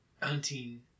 hunting